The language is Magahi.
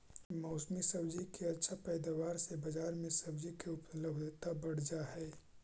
मौसमी सब्जि के अच्छा पैदावार से बजार में सब्जि के उपलब्धता बढ़ जा हई